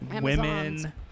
women